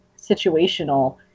situational